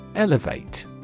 Elevate